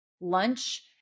lunch